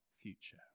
future